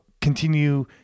continue